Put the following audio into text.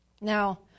Now